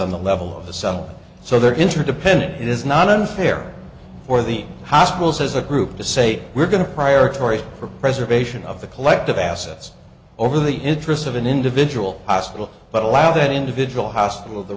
on the level of the sun so there are interdependent it is not unfair for the hospitals as a group to say we're going to priority for preservation of the collective assets over the interests of an individual hospital but allow that individual hospital the